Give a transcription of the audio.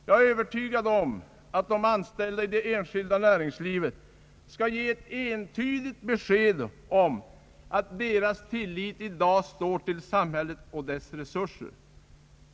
Jag är övertygad om att de anställda i det enskilda näringslivet skall ge ett entydigt besked om att deras tillit i dag står till samhället och dess resurser.